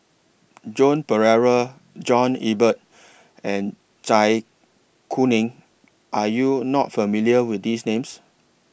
Joan Pereira John Eber and Zai Kuning Are YOU not familiar with These Names